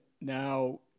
now